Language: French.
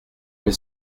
mais